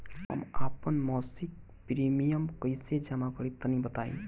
हम आपन मसिक प्रिमियम कइसे जमा करि तनि बताईं?